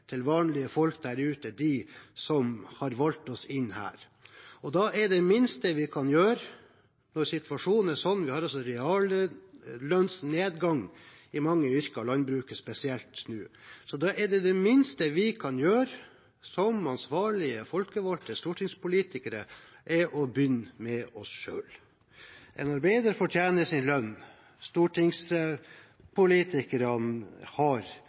til vanlige folk der ute, de som har valgt oss inn her. Og når situasjonen nå er slik at vi har en reallønnsnedgang i mange yrker, og i landbruket spesielt, er det minste vi kan gjøre – som ansvarlige, folkevalgte stortingspolitikere – å begynne med oss selv. En arbeider fortjener sin lønn. Stortingspolitikerne har